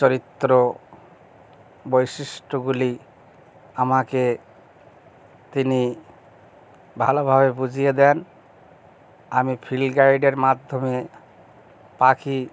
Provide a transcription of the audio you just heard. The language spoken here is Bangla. চরিত্র বৈশিষ্ট্যগুলি আমাকে তিনি ভালোভাবে বুঝিয়ে দেন আমি ফিল্ড গাইডের মাধ্যমে পাখি